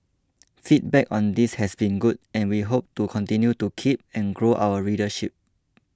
feedback on this has been good and we hope to continue to keep and grow our readership